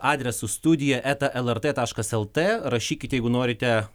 adresu studija eta lrt taškas lt rašykit jeigu norite